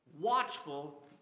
watchful